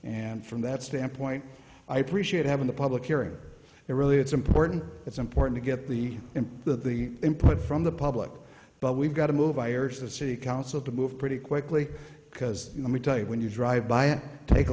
and from that standpoint i appreciate having the public hearing it really it's important it's important to get the end of the input from the public but we've got to move i urge the city council to move pretty quickly because let me tell you when you drive by and take a